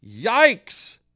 Yikes